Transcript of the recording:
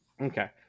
Okay